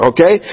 Okay